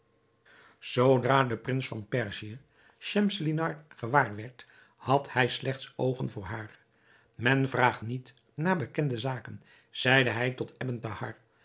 zoodra de prins van perzië schemselnihar gewaar werd had hij slechts oogen voor haar men vraagt niet naar bekende zaken zeide hij tot ebn thahar